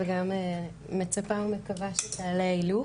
וגם מצפה ומקווה שתעלה הילוך,